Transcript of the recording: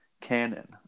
canon